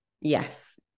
Yes